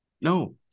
no